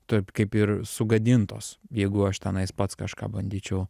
taip kaip ir sugadintos jeigu aš tenais pats kažką bandyčiau